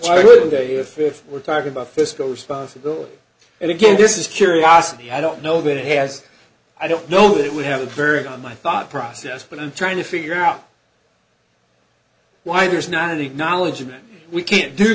i would they if if we're talking about fiscal responsibility and again this is curiosity i don't know that it has i don't know that it would have a very on my thought process but i'm trying to figure out why there's not acknowledging that we can't do